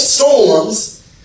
Storms